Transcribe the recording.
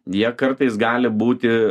jie kartais gali būti